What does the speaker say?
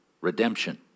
redemption